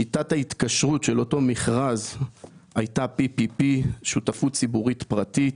שיטת ההתקשרות של אותו מכרז הייתה PPP שותפות ציבורית-פרטית,